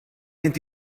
mynd